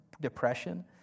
depression